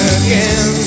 again